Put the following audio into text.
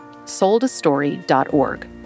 soldastory.org